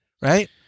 right